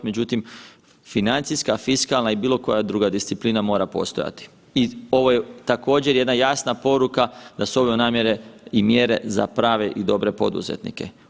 Međutim, financijska, fiskalna i bilo koja druga disciplina mora postojati i ovo je također jedna jasna poruka da su ove namjere i mjere za prave i dobre poduzetnike.